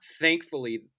thankfully